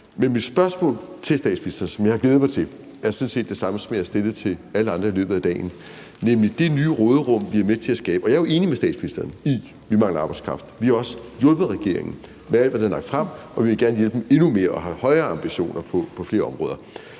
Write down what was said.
Men mit spørgsmål til statsministeren, som jeg har glædet mig til, er sådan set det samme, som jeg har stillet til alle andre i løbet af dagen: Med det nye råderum, vi er med til at skabe – og jeg er jo enig med statsministeren i, at vi mangler arbejdskraft; vi har også hjulpet regeringen med alt, hvad den har lagt frem, og vi vil gerne hjælpe den endnu mere og have højere ambitioner på flere områder